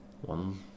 one